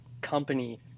company